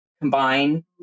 combine